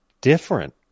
different